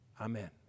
Amen